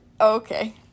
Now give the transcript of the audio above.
Okay